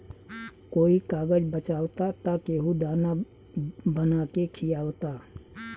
कोई कागज बचावता त केहू दाना बना के खिआवता